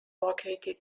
located